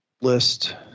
list